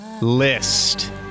list